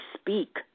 speak